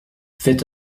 faites